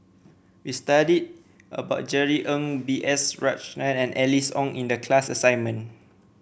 we studied about Jerry Ng B S Rajhans and Alice Ong in the class assignment